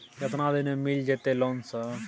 केतना दिन में मिल जयते लोन सर?